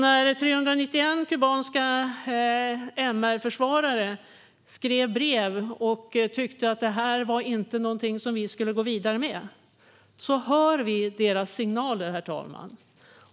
När 391 kubanska MR-försvarare skrev brev i vilket de framförde att de inte tyckte att vi skulle gå vidare med detta hör vi i Centerpartiet deras signaler.